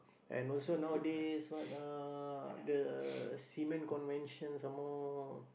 and also nowadays what uh the cement convention some more